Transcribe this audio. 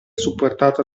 supportata